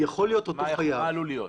מה עלול להיות?